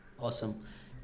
Awesome